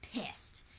Pissed